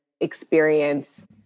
experience